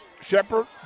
Shepard